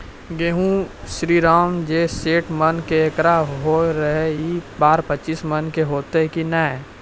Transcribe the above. गेहूँ श्रीराम जे सैठ मन के एकरऽ होय रहे ई बार पचीस मन के होते कि नेय?